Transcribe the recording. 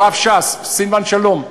הרב ש"ס, סילבן שלום.